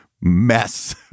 mess